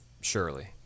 Surely